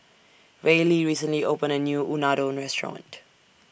Reilly recently opened A New Unadon Restaurant